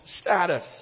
status